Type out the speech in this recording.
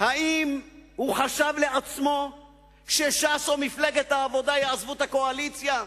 האם הוא חשב לעצמו שש"ס או מפלגת העבודה יעזבו את הקואליציה?